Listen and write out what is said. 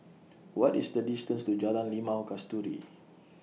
What IS The distance to Jalan Limau Kasturi